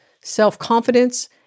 self-confidence